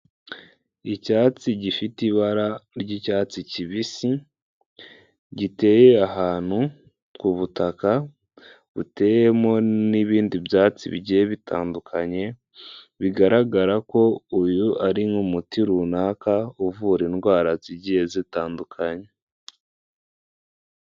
Icyatsi gifite ibara ry'icyatsi kibisi giteye ahantu k'ubutaka buteyemo n'ibindi byatsi bigiye bitandukanye bigaragara ko uyu ari nk'umuti runaka uvura indwara zigiye zitandukanye.